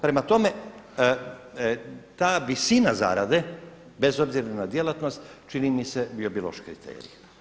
Prema tome, ta visina zarade bez obzira na djelatnost čini mi se bio bi loš kriterij.